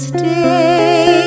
Stay